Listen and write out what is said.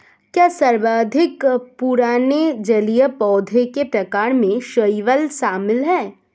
क्या सर्वाधिक पुराने जलीय पौधों के प्रकार में शैवाल शामिल है?